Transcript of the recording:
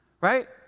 Right